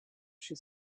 she